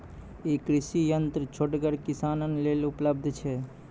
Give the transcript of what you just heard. ई कृषि यंत्र छोटगर किसानक लेल उपलव्ध छै?